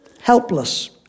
helpless